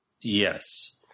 Yes